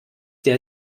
der